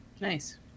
Nice